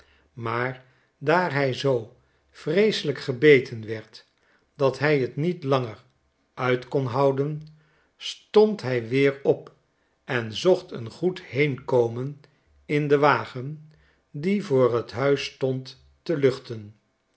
maar daar hij zoo vreeselijk gebeten werd dat hi t niet langer uit kon houden stond hij weer op en zocht een goed heenkomen in den wagen die voor j t huis stond te luchten